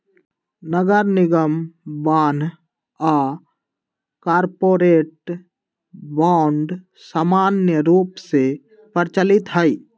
नगरनिगम बान्ह आऽ कॉरपोरेट बॉन्ड समान्य रूप से प्रचलित हइ